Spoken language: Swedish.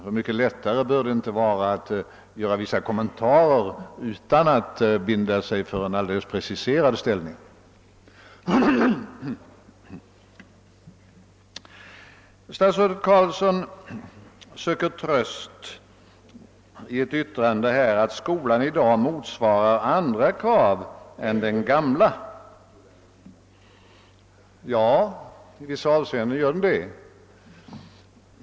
Hur mycket lättare bör det inte vara att göra kommentarer utan att binda sig för en preciserad ställning. Statsrådet Carlsson söker tröst i att skolan i dag motsvarar andra krav än den gamla gjorde. Ja, i vissa avseenden gör den det.